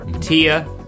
Tia